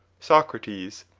socrates,